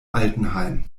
altenheim